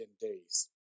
days